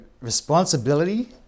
responsibility